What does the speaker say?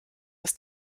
ist